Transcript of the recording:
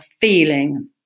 feeling